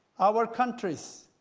our countries,